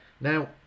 Now